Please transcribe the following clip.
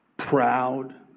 proud,